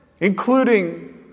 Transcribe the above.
including